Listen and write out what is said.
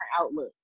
outlook